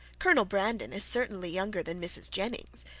colonel brandon is certainly younger than mrs. jennings,